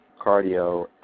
cardio